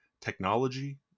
technology